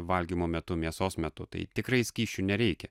valgymo metu mėsos metu tai tikrai skysčių nereikia